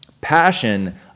Passion